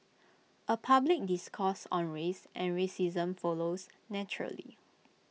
A public discourse on race and racism follows naturally